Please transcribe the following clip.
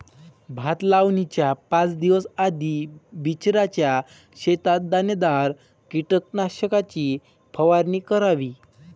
भात लावणीच्या पाच दिवस आधी बिचऱ्याच्या शेतात दाणेदार कीटकनाशकाची फवारणी करावी